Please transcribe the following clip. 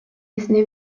esne